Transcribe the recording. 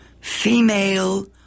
female